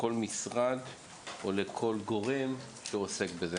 משרד או לכל גורם שעוסק בזה.